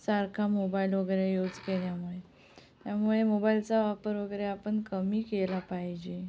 सारखा मोबाईल वगैरे यूज केल्यामुळे त्यामुळे मोबाईलचा वापर वगैरे आपण कमी केला पाहिजे